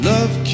Love